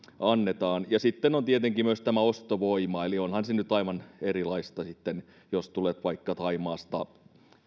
annetaan sitten on tietenkin myös tämä ostovoima eli onhan se nyt aivan erilaista sitten jos tulet vaikka thaimaasta